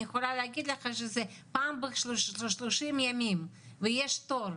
אני יכולה להגיד לך שזה פעם ב-30 ימים, ויש תור.